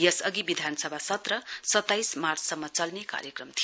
यसअघि विधानसभा सत्र सताइस मार्चसम्म चल्ने कार्यक्रम थियो